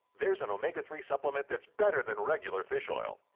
there's an omega three supplement that's better than regular fish oil.